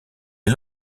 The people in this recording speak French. les